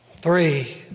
Three